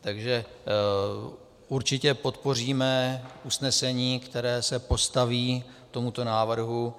Takže určitě podpoříme usnesení, které se postaví k tomuto návrhu.